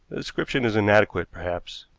the description is inadequate, perhaps,